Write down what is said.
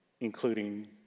Including